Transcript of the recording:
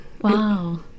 Wow